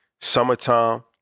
Summertime